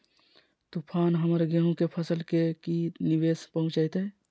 तूफान हमर गेंहू के फसल के की निवेस पहुचैताय?